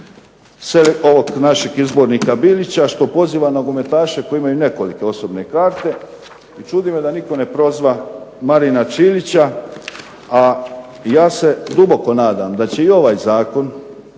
ovog našeg izbornika Bilića što poziva nogometaše koji imaju nekolike osobne karte i čudi me da nitko ne prozva Marina Ćilića, a ja se duboko nadam da će i ovaj zakon